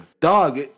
Dog